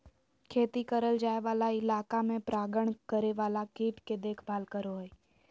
खेती करल जाय वाला इलाका में परागण करे वाला कीट के देखभाल करो हइ